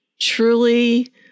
truly